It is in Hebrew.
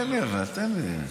תן לי, אבל תן לי.